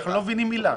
אנחנו לא מבינים מילה.